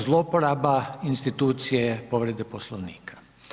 Zlouporaba institucije povrede poslovnika?